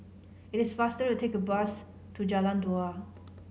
it is faster to take bus to Jalan Dua